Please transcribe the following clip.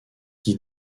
qui